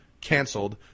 canceled